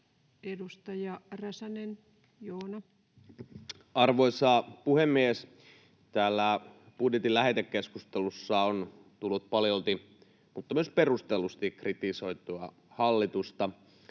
Edustaja Räsänen, Joona. Arvoisa puhemies! Täällä budjetin lähetekeskustelussa on tullut paljolti mutta myös perustellusti kritisoitua hallitusta.